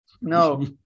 no